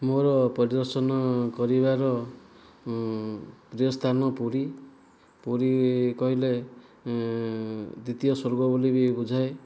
ମୋର ପରିଦର୍ଶନ କରିବାର ଯେଉଁ ସ୍ଥାନ ପୁରୀ ପୁରୀ କହିଲେ ଦ୍ଵିତୀୟ ସ୍ୱର୍ଗ ବୋଲି ବି ବୁଝାଏ